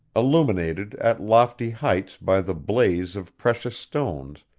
illuminated at lofty heights by the blaze of precious stones,